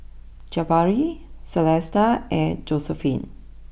Jabari Celesta and Josiephine